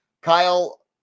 Kyle